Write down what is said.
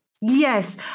Yes